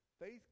faith